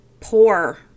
poor